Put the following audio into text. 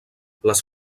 les